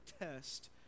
test